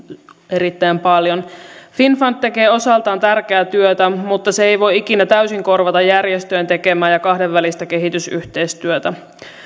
erittäin paljon finnfund tekee osaltaan tärkeää työtä mutta se ei voi ikinä täysin korvata järjestöjen tekemää ja kahdenvälistä kehitysyhteistyötä